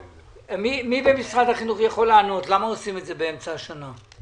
מי במשרד החינוך יכול ומר למה עושים את זה באמצע השנה.